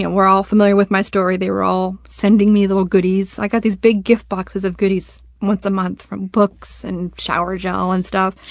and were all familiar with my story. they were all sending me little goodies. i got these big gift boxes of goodies once a month, from books and shower gel and stuff.